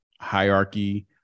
hierarchy